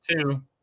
two